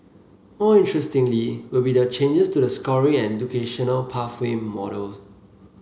more interestingly will be the changes to the scoring and educational pathway model